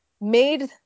made